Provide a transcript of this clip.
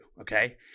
Okay